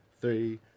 three